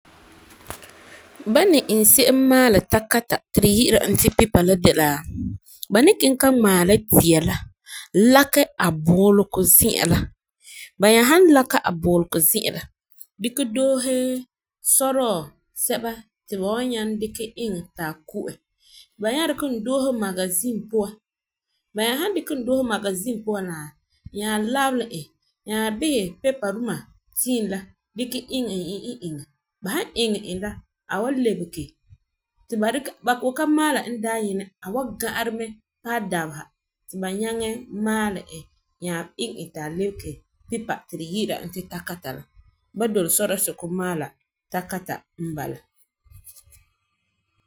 Ba ni iŋɛ se'em maalɛ takata ti tu yi'ira e ti paper de la ba ni kiŋɛ ka ŋmaa la tia la lakɛ a booleŋɔ zi'an la. Ba nya san lakɛ a boolego zi'an la dikɛ doose sorɔɔ sɛba ti ba wan nyaŋɛ dikɛ iŋɛ ti a ku'ɛ ti ba nya dikɛ e doose magasin puan. Ba nya san dikɛ e doose magasin puan la nya labelɛ e nyaa bisɛ paper duma tiim la dikɛ iŋɛ e iŋɛ iŋɛ, ba san iŋɛ e la a wan lebege ti ba dikɛ ba koo la maala e daanyinɛ a wan ga'arɛ mɛ paɛ dabesa ti ba nyaŋɛ maalɛ e nyaa iŋɛ e ta lebege takata ti tu yi'ira ti pepa la. Ba doli sore sɛka maala takata n bala.